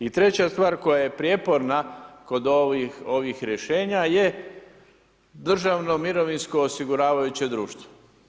I treća stvar koja je prijeporna kod ovih rješenja je Državno mirovinsko osiguravajuće društvo.